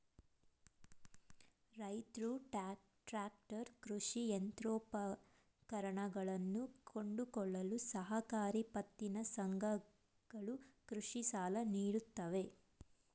ರೈತ್ರು ಟ್ರ್ಯಾಕ್ಟರ್, ಕೃಷಿ ಯಂತ್ರೋಪಕರಣಗಳನ್ನು ಕೊಂಡುಕೊಳ್ಳಲು ಸಹಕಾರಿ ಪತ್ತಿನ ಸಂಘಗಳು ಕೃಷಿ ಸಾಲ ನೀಡುತ್ತವೆ